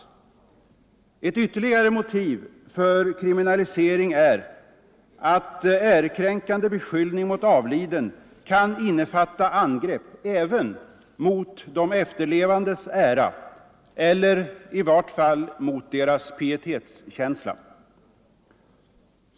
Upphävande av Ett ytterligare motiv för kriminalisering är att ärekränkande beskyllning lagen om tillfälligt mot avliden kan innefatta angrepp även mot de efterlevandes ära eller omhändertagande i varje fall mot deras pietetskänsla.